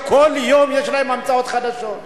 שכל יום יש לו המצאות חדשות.